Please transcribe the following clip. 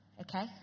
Okay